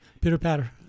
Pitter-patter